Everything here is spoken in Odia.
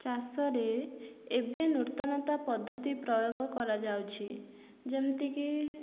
ଚାଷରେ ଏବେ ନୂତନତା ପଦ୍ଧତି ପ୍ରୟୋଗ କରାଯାଉଛି ଯେମିତି କି